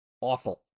awful